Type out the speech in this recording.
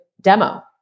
demo